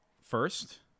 First